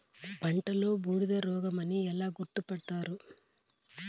పంటలో బూడిద రోగమని ఎలా గుర్తుపడతారు?